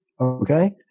okay